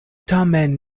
tamen